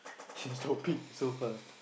she stop it so fast